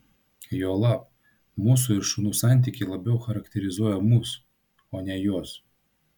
juolab mūsų ir šunų santykiai labiau charakterizuoja mus o ne juos